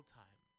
time